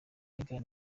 meghan